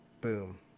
Boom